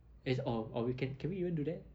is or or we can can we even do that